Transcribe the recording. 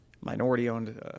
minority-owned